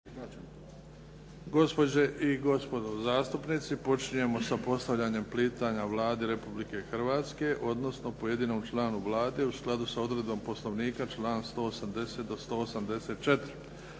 Gospođe i gospodo zastupnici, počinjemo sa postavljanjem pitanja Vladi Republike Hrvatske odnosno pojedinom članu Vlade, u skladu s odredbom Poslovnika član 180. do 184.